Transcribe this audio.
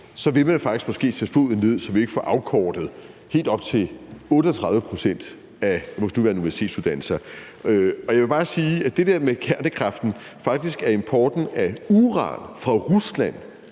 så vil man faktisk måske sætte foden ned, så vi ikke får afkortet helt op til 38 pct. af vores nuværende universitetsuddannelser. Jeg vil bare sige i forhold til det der med kernekraften, at faktisk er importen af uran fra Rusland